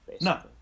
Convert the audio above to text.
no